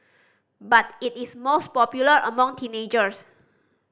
but it is most popular among teenagers